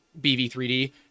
bv3d